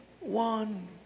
One